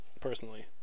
personally